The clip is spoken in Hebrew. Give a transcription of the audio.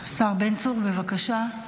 השר בן צור, בבקשה.